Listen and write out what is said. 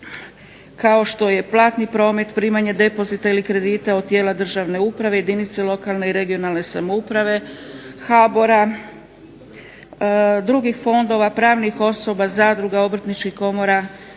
kao što je platni promet, primanje depozita ili kredita od tijela državne uprave, jedinice lokalne i regionalne samouprave, HBOR-a, drugih fondova, pravnih osoba, zadruga, obrtničkih komora,